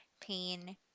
pain